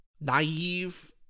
naive